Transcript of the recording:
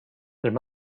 there